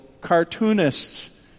cartoonist's